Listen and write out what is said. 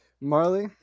Marley